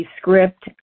script